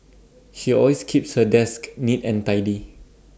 she always keeps her desk neat and tidy